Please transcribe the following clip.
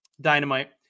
Dynamite